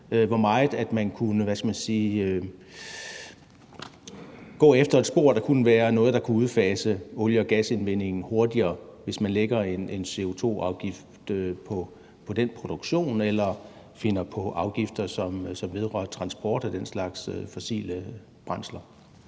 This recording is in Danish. hvad skal man sige – gå efter et spor, hvor man kunne udfase olie- og gasindvindingen hurtigere, hvis man lagde en CO2-afgift på produktionen eller fandt på afgifter, som vedrører transport af den slags fossile brændsler?